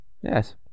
Yes